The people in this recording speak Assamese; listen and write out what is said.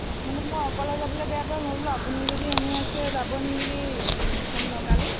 মানে মই অকলে যাবলৈ বেয়া পাই মই বোলো আপুনি যদি এনেই আছে যাবনি বুলি ফোন লগালো